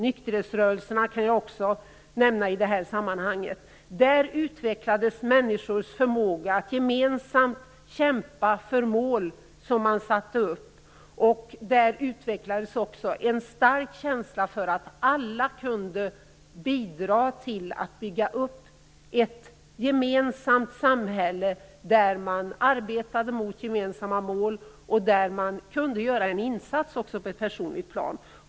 Nykterhetsrörelsen kan jag också nämna i sammanhanget. Där utvecklades människors förmåga att gemensamt kämpa för mål som man satte upp, och där utvecklades också en stark känsla för att alla kunde bidra till att bygga upp ett gemensamt samhälle där man arbetade mot gemensamma mål och där man också kunde göra en insats på ett personligt plan.